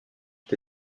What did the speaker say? ont